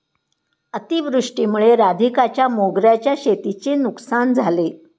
अतिवृष्टीमुळे राधिकाच्या मोगऱ्याच्या शेतीची नुकसान झाले